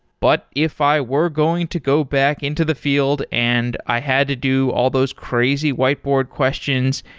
but if i were going to go back into the field and i had to do all those crazy whiteboard questions,